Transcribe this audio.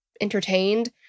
Entertained